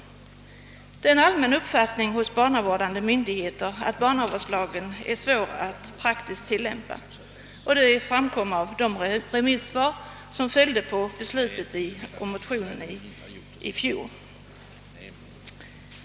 Det är en allmän uppfattning hos barnavårdande myndigheter att barnavårdslagen är svår att praktiskt tilllämpa. Detta framgick av det remissvar som avlämnades med anledning av riksdagens beslut och motionen i detta ärende i fjol.